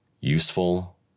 useful